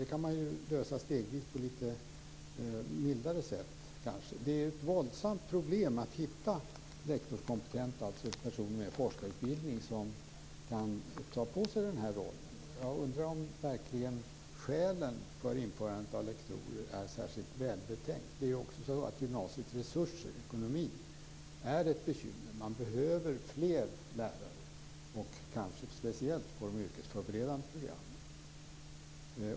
Det kan man ju lösa stegvis på ett lite mildare sätt. Det är ett våldsamt problem att hitta lektorskompetenta personer, alltså personer med forskarutbildning, som kan ta på sig den här rollen. Jag undrar om skälet för införande av lektorer är särskilt välbetänkt. Det är också så att gymnasiets ekonomi är ett bekymmer. Man behöver fler lärare, kanske speciellt på de yrkesförberedande programmen.